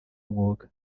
umwuga